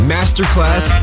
Masterclass